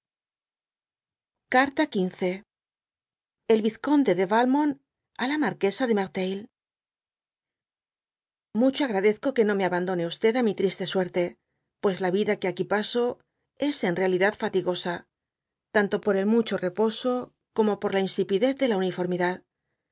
carta xv mi vizconde de valmont á la marquesa de merteuilf jvl ucho agradezco que no me abandone o á mi triste suerte pues la vida que aquí paso es en realidad fatigosa tanto por el mucho repo como por la insipidez de la uniformidad